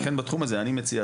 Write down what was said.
לכן בתחום הזה אני מציע,